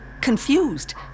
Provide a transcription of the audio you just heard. confused